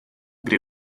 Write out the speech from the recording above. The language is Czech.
kde